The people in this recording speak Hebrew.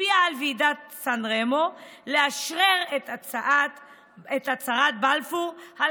השפיע על ועידת סן רמו לאשרר את הצהרת בלפור על